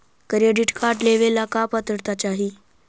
Credit card लेवेला का पात्रता चाही?